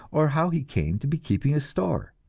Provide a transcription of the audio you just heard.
or how he came to be keeping a store.